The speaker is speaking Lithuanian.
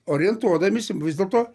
orientuodamiesi vis dėlto